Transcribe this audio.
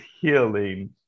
healing